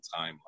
timeline